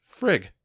Frig